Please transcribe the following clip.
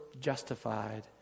justified